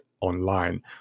Online